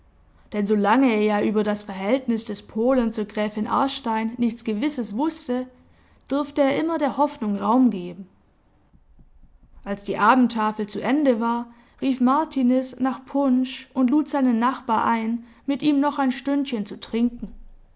denn solange er ja über das verhältnis des polen zur gräfin aarstein nichts gewisses wußte durfte er immer der hoffnung raum geben als die abendtafel zu ende war rief martiniz nach punsch und lud seinen nachbar ein mit ihm noch ein stündchen zu trinken